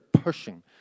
pushing